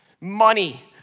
money